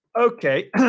Okay